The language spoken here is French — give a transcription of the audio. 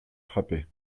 frappés